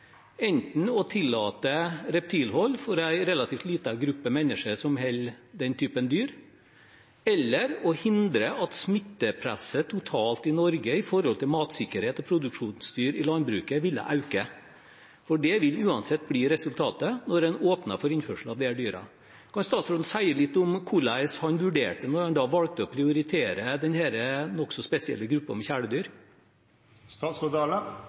enten å tillate reptilhold for en relativt liten gruppe mennesker som holder den type dyr, eller å hindre at smittepresset totalt i Norge når det gjelder matsikkerhet og produksjonsdyr i landbruket, ville øke. Det vil uansett bli resultatet når en åpner for innførsel av disse dyrene. Kan statsråden si litt om hvordan han vurderte da han valgte å prioritere denne nokså spesielle gruppen med